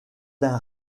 d’un